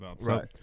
Right